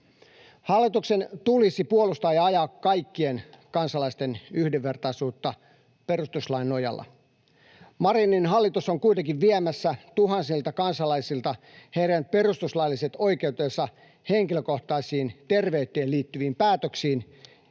Hallituksen tulisi puolustaa ja ajaa kaikkien kansalaisten yhdenvertaisuutta perustuslain nojalla. Marinin hallitus on kuitenkin viemässä tuhansilta kansalaisilta heidän perustuslailliset oikeutensa henkilökohtaisiin, terveyteen liittyviin päätöksiin